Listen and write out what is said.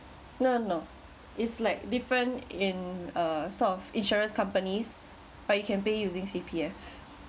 no no it's like different in uh sort of insurance companies but you can pay using C_P_F